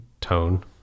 tone